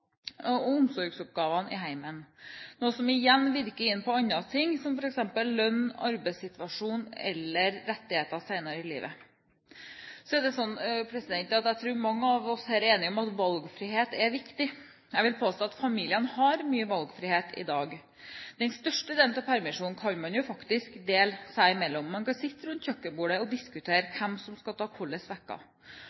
omsorgsoppgavene i hjemmet, noe som igjen virker inn på andre ting som f.eks. lønn, arbeidssituasjon eller rettigheter senere i livet. Så er det sånn at jeg tror mange av oss her er enige om at valgfrihet er viktig. Jeg vil påstå at familiene har mye valgfrihet i dag. Den største delen av permisjonen kan man jo faktisk dele seg imellom. Man kan sitte rundt kjøkkenbordet og diskutere